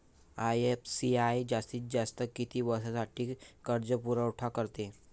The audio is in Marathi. आय.एफ.सी.आय जास्तीत जास्त किती वर्षासाठी कर्जपुरवठा करते?